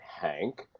Hank